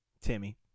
Timmy